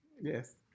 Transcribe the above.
Yes